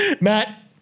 Matt